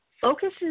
focuses